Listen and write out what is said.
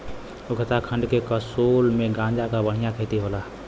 उत्तराखंड के कसोल में गांजा क बढ़िया खेती होला